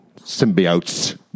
symbiotes